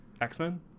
X-Men